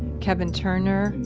kevin turner,